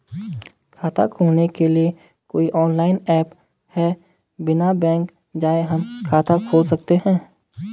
खाता खोलने के लिए कोई ऑनलाइन ऐप है बिना बैंक जाये हम खाता खोल सकते हैं?